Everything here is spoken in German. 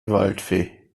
waldfee